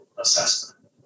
assessment